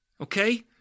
Okay